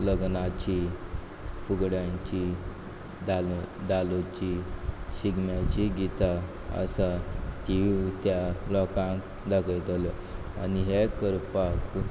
लग्नाचीं फुगड्यांचीं धालो धालोचीं शिगम्याचीं गितां आसा तिंवूंय त्या लोकांक दाखयतलो आनी हें करपाक